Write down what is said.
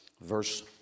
verse